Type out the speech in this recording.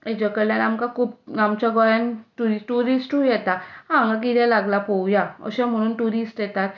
हाजे कडल्यान आमकां खूब आमच्या गोंयांत ट्यूरिस्टूय येतात हांगां कितें लागलां पळोवया अशें म्हणून ट्युरिस्ट येता